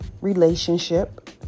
relationship